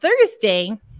Thursday